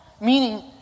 meaning